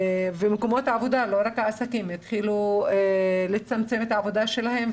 ומקומות העבודה לא רק העסקים התחילו לצמצם את עבודתם,